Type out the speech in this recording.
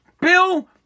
Bill